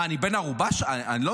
מה, אני בן ערובה?